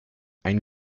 ein